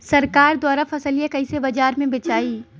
सरकार द्वारा फसलिया कईसे बाजार में बेचाई?